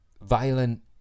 violent